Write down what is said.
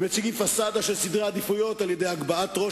מציגים פסאדה של סדרי עדיפויות על-ידי הגבהת ראש